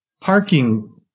parking